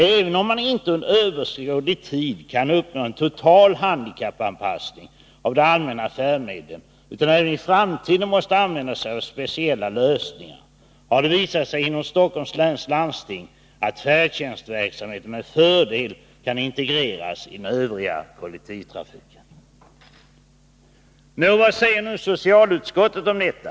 Även om man inte under överskådlig tid kan uppnå en total handikappanpassning av de allmänna färdmedlen utan även i framtiden måste använda sig av speciella lösningar, har det inom Stockholms läns landsting visat sig att färdtjänstverksamheten med fördel kan integreras i den övriga kollektivtrafiken. Nå, vad säger nu socialutskottet om detta?